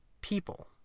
people